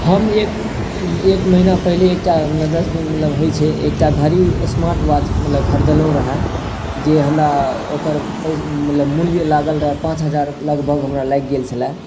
हम एक एक महिना पहिले एकटा मतलब दस दिन मतलब होइ छै एकटा घड़ी स्मार्ट वाच मतलब खरिदलहुँ रहै जे हमरा ओकर मतलब पै मूल्य लागल रहै पाँच हजार लगभग हमरा लागि गेल छलै